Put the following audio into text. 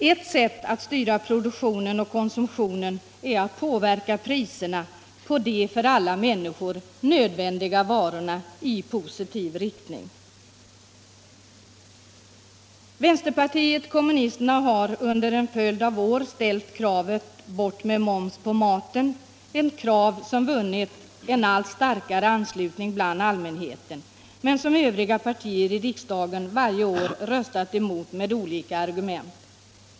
Ett sätt att styra produktionen och konsumtionen är att påverka priserna på de för alla människor nödvändiga varorna i positiv riktning. Vänsterpartiet kommunisterna har under en följd av år ställt kravet Bort med moms på maten — ett krav som vunnit en allt starkare anslutning bland allmänheten men som övriga partier i riksdagen varje år röstat emot med olika argument.